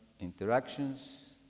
interactions